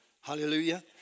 Hallelujah